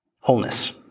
Wholeness